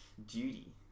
duty